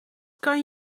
kan